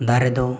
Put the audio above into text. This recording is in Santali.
ᱫᱟᱨᱮ ᱫᱚ